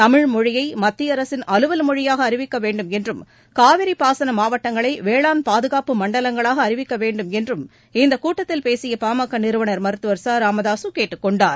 தமிழ் மொழியை மத்திய அரசின் அலுவல் மொழியாக அறிவிக்க வேண்டும் என்றும் காவிரி பாசன மாவட்டங்களை வேளாண் பாதுகாப்பு மண்டலங்களாக அறிவிக்க வேண்டும் என்றும் இந்தக் கூட்டத்தில் பேசிய பா ம க நிறுவனர் மருத்துவர் ச ராமதாசு கேட்டுக்கொண்டார்